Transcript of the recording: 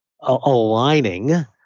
aligning